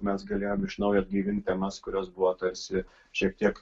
mes galėjom iš naujo atgaivint temas kurios buvo tarsi šiek tiek